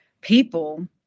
people